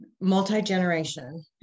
multi-generation